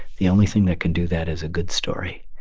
the only thing that can do that is a good story.